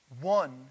One